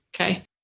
Okay